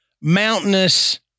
mountainous